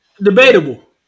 Debatable